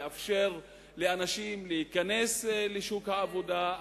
לאפשר לאנשים להיכנס לשוק העבודה.